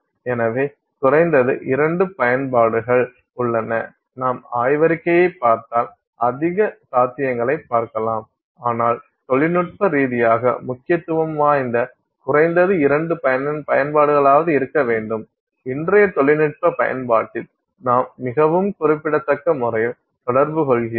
எனவே குறைந்தது இரண்டு பயன்பாடுகள் உள்ளன நாம் ஆய்வறிக்கையை பார்த்தால் அதிக சாத்தியங்களைக் பார்க்கலாம் ஆனால் தொழில்நுட்ப ரீதியாக முக்கியத்துவம் வாய்ந்த குறைந்தது இரண்டு பயன்பாடுகளாவது இருக்க வேண்டும் இன்றைய தொழில்நுட்ப பயன்பாட்டில் நாம் மிகவும் குறிப்பிடத்தக்க முறையில் தொடர்பு கொள்கிறோம்